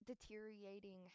deteriorating